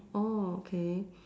orh okay